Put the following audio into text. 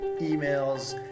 emails